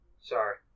Sorry